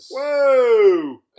Whoa